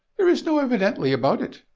there is no evidently about it.